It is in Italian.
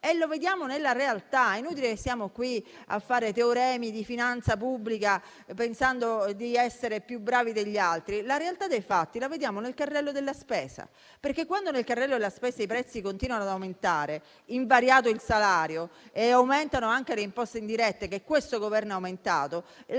Lo vediamo nella realtà, è inutile che stiamo qui a fare teoremi di finanza pubblica pensando di essere più bravi degli altri. La realtà dei fatti la vediamo nel carrello della spesa, perché quando i prezzi continuano ad aumentare, invariato il salario e aumentano anche le imposte indirette, che questo Governo ha aumentato,